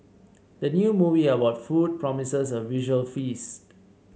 the new movie about food promises a visual feast